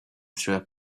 through